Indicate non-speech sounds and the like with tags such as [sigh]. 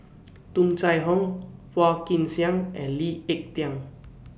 [noise] Tung Chye Hong Phua Kin Siang and Lee Ek Tieng